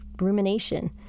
rumination